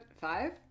five